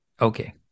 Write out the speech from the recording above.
Okay